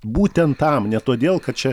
būtent tam ne todėl kad čia